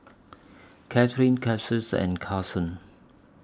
Katherine Cassius and Carsen